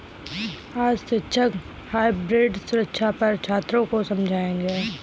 आज शिक्षक हाइब्रिड सुरक्षा पर छात्रों को समझाएँगे